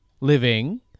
living